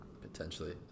Potentially